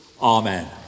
Amen